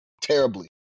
terribly